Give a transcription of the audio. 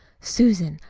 susan,